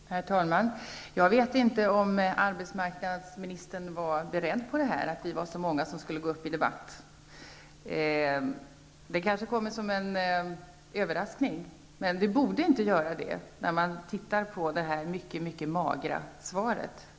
Herr talman! Jag vet inte om arbetsmarknadsministern var beredd på att vi var så många som skulle gå upp i debatt. Det kanske kom som en överraskning. Men det borde inte göra det om man tittar på det mycket magra svar som lämnades.